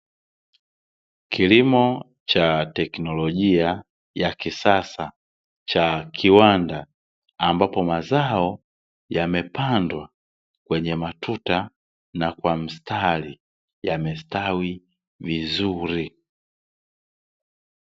Kilimo cha teknolojia ya kisasa cha kiwanda, ambapo mazao yamepandwa kwenye matuta na kwa mstari yamestawi vizuri.